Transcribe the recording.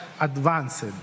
advanced